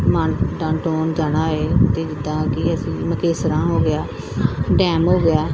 model town ਜਾਣਾ ਹੋਏ ਅਤੇ ਜਿੱਦਾਂ ਕਿ ਅਸੀਂ ਮੁਕੇਸਰਾਂ ਹੋ ਗਿਆ ਡੈਮ ਹੋ ਗਿਆ